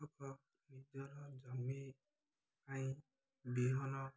ଓ ନିଜର ଜମି ପାଇଁ ବିହନ